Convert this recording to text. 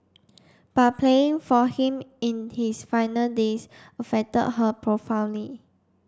but playing for him in his final days affected her profoundly